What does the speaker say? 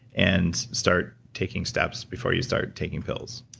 and start taking steps before you start taking pills?